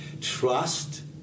Trust